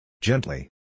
Gently